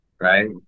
right